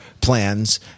plans